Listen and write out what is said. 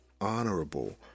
honorable